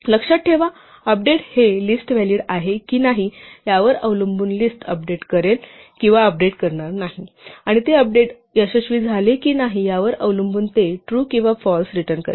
लक्षात ठेवा अपडेट हे लिस्ट व्हॅलिड आहे की नाही यावर अवलंबून लिस्ट अपडेट करेल किंवा अपडेट करणार नाही आणि ते अपडेट यशस्वी झाले की नाही यावर अवलंबून ते ट्रू किंवा फॉल्स रिटर्न करेल